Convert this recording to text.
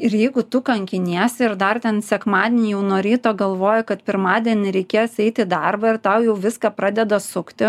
ir jeigu tu kankiniesi ir dar ten sekmadienį jau nuo ryto galvoji kad pirmadienį reikės eit į darbą ir tau jau viską pradeda sukti